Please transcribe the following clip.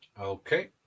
Okay